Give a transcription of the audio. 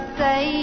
say